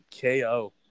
KO